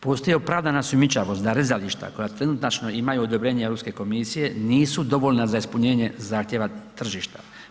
Postoje opravdana sumnjičavost da rezališta koja trenutačno imaju odobrenje Europske komisije, nisu dovoljna za ispunjenje zahtjeva tržišta.